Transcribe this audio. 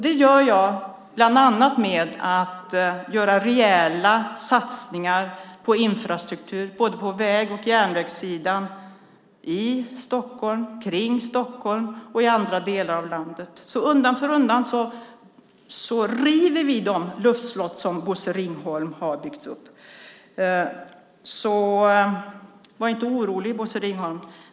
Det gör jag bland annat genom att göra rejäla satsningar på infrastruktur, både på väg och järnvägssidan i och kring Stockholm och i andra delar av landet. Undan för undan river vi alltså de luftslott som Bosse Ringholm har byggt upp. Var inte orolig, Bosse Ringholm!